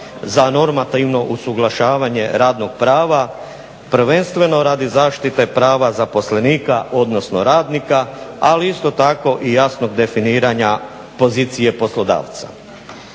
za normativno usuglašavanje radnog prava, prvenstveno radi zaštite prava zaposlenika, odnosno radnika, ali isto tako i jasnog definiranja pozicije poslodavca.